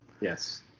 Yes